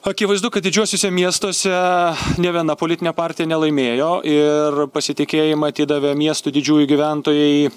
akivaizdu kad didžiuosiuose miestuose nė viena politinė partija nelaimėjo ir pasitikėjimą atidavė miestų didžiųjų gyventojai